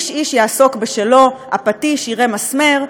איש-איש יעסוק בשלו: הפטיש יראה מסמר,